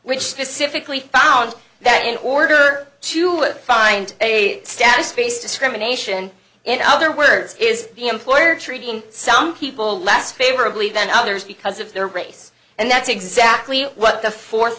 which specifically and that in order to find a status face discrimination in other words is the employer treating some people less favorably than others because of their race and that's exactly what the fo